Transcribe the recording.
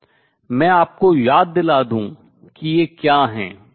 मैं आपको याद दिला दूं कि ये क्या हैं